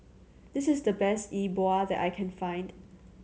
this is the best E Bua that I can find